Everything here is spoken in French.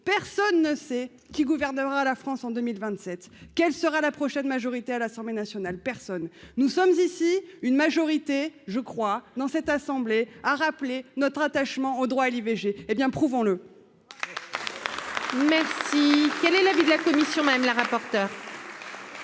personne ne sait qui gouvernera la France en 2027, quelle sera la prochaine majorité à l'Assemblée nationale, personne, nous sommes ici une majorité je crois dans cette assemblée, a rappelé notre attachement au droit à l'IVG, hé bien, prouvant le. Merci, quel est l'avis de la commission, même le rapport.